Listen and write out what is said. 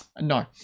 No